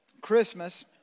Christmas